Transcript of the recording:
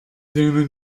sono